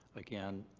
again,